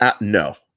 no